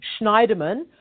Schneiderman